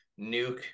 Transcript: Nuke